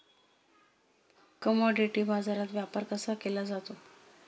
Commodity बाजारात व्यापार कसा केला जातो?